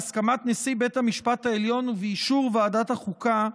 בהסכמת נשיא בית המשפט העליון ובאישור ועדת החוקה,